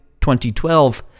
2012